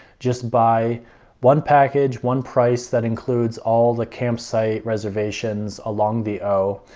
just buy one package one price that includes all the campsite reservations along the o,